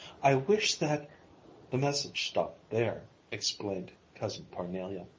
i wish that the message stopped there, explained cousin parnelia,